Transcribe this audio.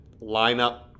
lineup